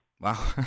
Wow